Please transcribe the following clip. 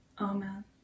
Amen